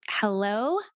Hello